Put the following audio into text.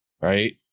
right